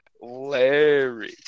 Larry